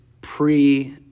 pre